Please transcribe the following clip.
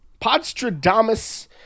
Podstradamus